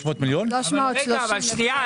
רבותיי,